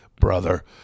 brother